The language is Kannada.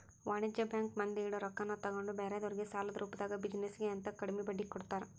ವಾಣಿಜ್ಯ ಬ್ಯಾಂಕ್ ಮಂದಿ ಇಡೊ ರೊಕ್ಕಾನ ತಗೊಂಡ್ ಬ್ಯಾರೆದೊರ್ಗೆ ಸಾಲದ ರೂಪ್ದಾಗ ಬಿಜಿನೆಸ್ ಗೆ ಅಂತ ಕಡ್ಮಿ ಬಡ್ಡಿಗೆ ಕೊಡ್ತಾರ